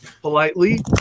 politely